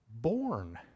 born